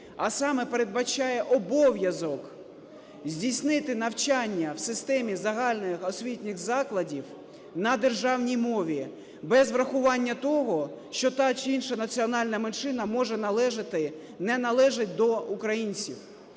а саме передбачає обов'язок здійснити навчання в системі загальних освітніх закладів на державній мові без врахування того, що та чи інша національна меншина може належати, не належить до українців.